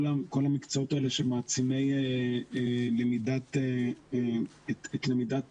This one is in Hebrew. כל המקצועות האלה שמעצימים את למידת המוסיקה